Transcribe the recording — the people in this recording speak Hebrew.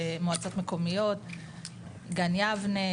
מועצות מקומיות גן יבנה,